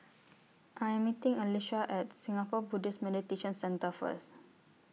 I Am meeting Alysha At Singapore Buddhist Meditation Centre First